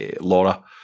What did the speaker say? Laura